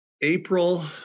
April